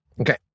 Okay